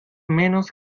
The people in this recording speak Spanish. menos